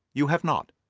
you have not.